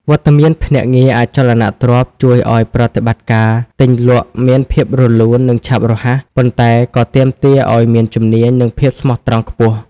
វត្តមានភ្នាក់ងារអចលនទ្រព្យជួយឲ្យប្រតិបត្តិការទិញលក់មានភាពរលូន និងឆាប់រហ័ស ប៉ុន្តែក៏ទាមទារឲ្យមានជំនាញ និងភាពស្មោះត្រង់ខ្ពស់។